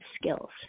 skills